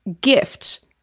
gift